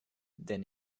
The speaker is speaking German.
denn